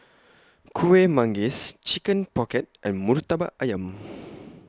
Kueh Manggis Chicken Pocket and Murtabak Ayam